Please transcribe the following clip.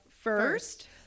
first